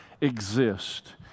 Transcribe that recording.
exist